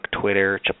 Twitter